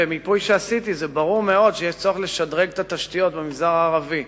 במיפוי שעשיתי זה ברור מאוד שיש צורך לשדרג את התשתיות במגזר הערבי.